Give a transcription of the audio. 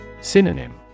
Synonym